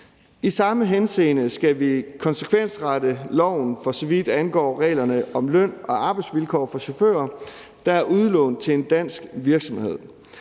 I samme henseende skal vi konsekvensrette loven, for så vidt angår reglerne om løn- og arbejdsvilkår for chauffører, der er udlånt til en dansk virksomhed.